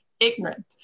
Ignorant